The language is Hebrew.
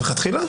מלכתחילה?